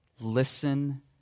Listen